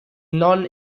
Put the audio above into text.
non